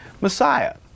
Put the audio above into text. Messiah